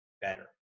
better